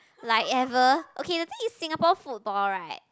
like ever okay the thing is Singapore football right